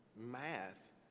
math